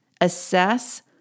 Assess